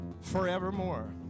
forevermore